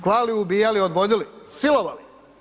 Klali, ubijali, odvodili, silovali.